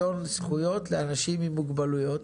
זכויות לאנשים עם מוגבלות,